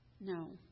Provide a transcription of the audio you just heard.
No